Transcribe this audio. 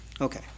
Okay